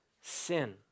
sin